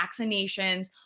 vaccinations